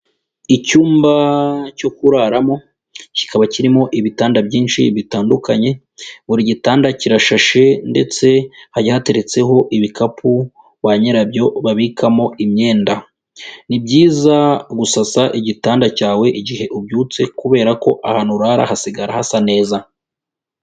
Icyumba cyo kuraramo, kikaba kirimo ibitanda byinshi bitandukanye, buri gitanda kirashashe ndetse hagiye hateretseho ibikapu ba nyirabyo babikamo imyenda. Ni byiza gusasa igitanda cyawe igihe ubyutse kubera ko ahantu urara hasigara hasa neza.